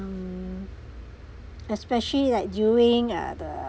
mm especially like during ah the